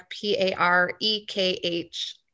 P-A-R-E-K-H